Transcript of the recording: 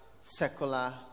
secular